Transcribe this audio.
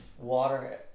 Water